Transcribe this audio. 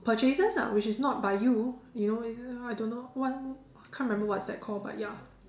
purchases lah which is not by you you know I I don't know what can't remember what's that called but ya